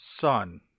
sun